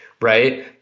Right